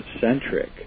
centric